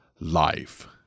life